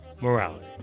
Morality